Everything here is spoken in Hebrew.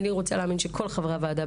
אני רוצה להאמין שכל חברי הוועדה,